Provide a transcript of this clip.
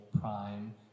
prime